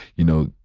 you know,